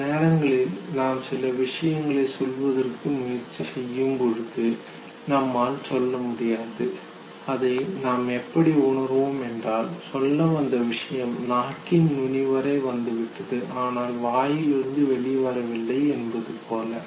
சில நேரங்களில் நாம் சில விஷயங்களை சொல்வதற்கு முயற்சி செய்யும்பொழுது நம்மால் சொல்ல முடியாது அதை நாம் எப்படி உணர்வோம் என்றால் சொல்லவந்த விஷயம் நாக்கின் நுனி வரை வந்துவிட்டது ஆனால் வாயிலிருந்து வெளிவரவில்லை என்பது போல்